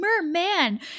merman